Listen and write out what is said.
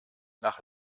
nach